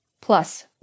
plus